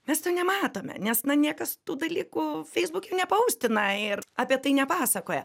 mes to nematome nes niekas tų dalykų feisbuke nepaustina ir apie tai nepasakoja